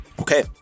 Okay